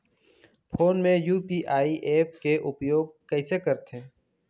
Phone मे UPI app के उपयोग कइसे करथे?